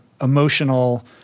emotional